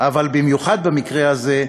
אבל במיוחד במקרה הזה,